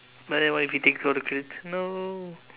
but then what if you take all the credits no